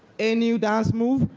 a new dance move,